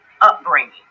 upbringing